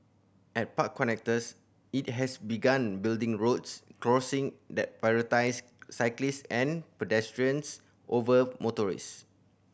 at park connectors it has begun building roads crossing that prioritise cyclist and pedestrians over motorist